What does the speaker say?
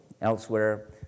Elsewhere